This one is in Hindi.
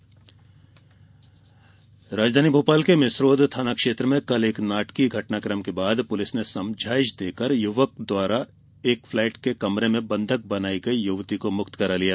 बंधक छूडाया राजधानी भोपाल के मिसरोद थाना क्षेत्र में कल एक नाटकीय घटनाकम के बाद पूलिस ने समझाईश देकर युवक द्वारा एक फ्लेट के कमरे में बंधक बनाई गई युवती को मुक्त करा लिया